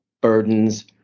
burdens